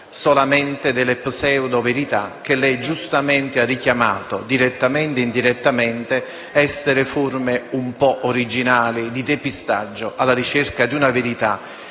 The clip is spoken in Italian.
solamente delle pseudoverità che lei giustamente ha richiamato, direttamente e indirettamente, essere forme un po' originali di depistaggio, alla ricerca di una verità